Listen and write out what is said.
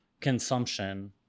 consumption